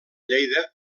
lleida